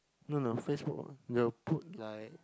no no FaceBook will put like